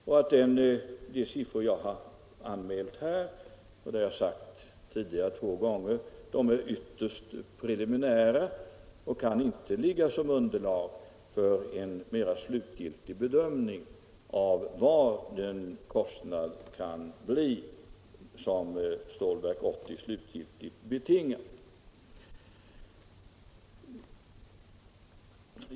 De siffror som jag har anmält här är — det har jag sagt två gånger tidigare — ytterst preliminära och kan inte ligga som underlag för en mera slutgiltig bedömning av vad den kostnad kan bli som Stålverk 80 till sist betingar.